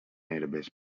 herbes